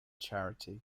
charity